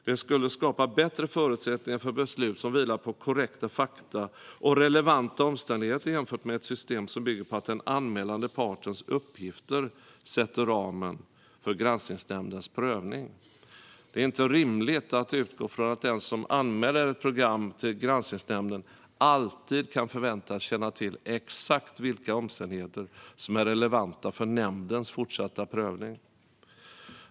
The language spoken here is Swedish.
Det skulle skapa bättre förutsättningar för beslut som vilar på korrekta fakta och relevanta omständigheter jämfört med ett system som bygger på att den anmälande partens uppgifter sätter ramen för Granskningsnämndens prövning. Det är inte rimligt att utgå från att den som anmäler ett program till Granskningsnämnden alltid kan förväntas känna till exakt vilka omständigheter som är relevanta för nämndens fortsatta prövning.